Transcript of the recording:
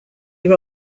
year